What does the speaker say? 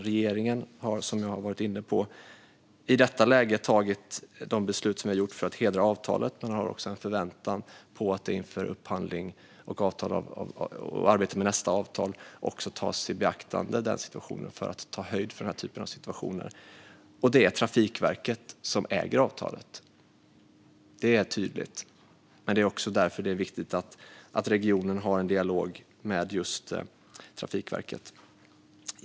Regeringen har i detta läge fattat dessa beslut för att hedra avtalet, men det finns en förväntan på att inför upphandling och arbete med nästa avtal också ta höjd för sådana situationer. Det är Trafikverket som äger avtalet. Det är tydligt. Det är också därför det är viktigt att regionen har en dialog med just Trafikverket.